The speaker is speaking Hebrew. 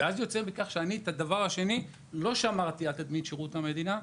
ואז יוצא שאני לא שמרתי על תדמית שירות המדינה,